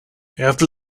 after